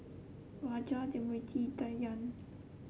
Raja Smriti Dhyan